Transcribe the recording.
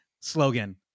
slogan